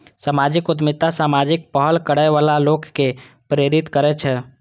सामाजिक उद्यमिता सामाजिक पहल करै बला लोक कें प्रेरित करै छै